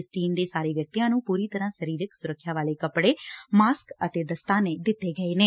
ਇਸ ਟੀਮ ਦੇ ਸਾਰੇ ਵਿਅਕਤੀਆਂ ਨੂੰ ਪੁਰੀ ਤਰਾਂ ਨਾਲ ਸਰੀਰਕ ਸੁਰੱਖਿਆ ਵਾਲੇ ਕੱਪੜੇ ਮਾਸਕ ਅਤੇ ਦਸਤਾਨੇ ਦਿੱਤੇ ਗਏ ਨੇ